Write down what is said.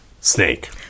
snake